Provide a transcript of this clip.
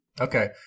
Okay